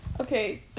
Okay